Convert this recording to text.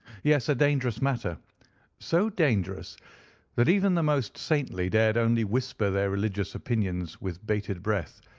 yes, a dangerous matter so dangerous that even the most saintly dared only whisper their religious opinions with bated breath,